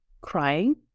crying